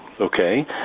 Okay